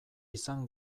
izan